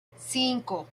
cinco